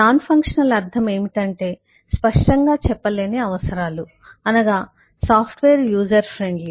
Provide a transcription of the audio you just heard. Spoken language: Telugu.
నాన్ ఫంక్షనల్ అర్థం ఏమిటంటే స్పష్టంగా చెప్పలేని అవసరాలు అనగా సాఫ్ట్వేర్ యూజర్ ఫ్రెండ్లీ